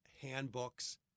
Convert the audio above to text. handbooks